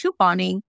couponing